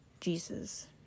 Jesus